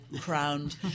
crowned